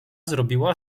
zrobiła